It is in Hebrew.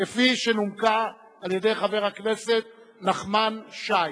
שנומקה על-ידי חבר הכנסת נחמן שי,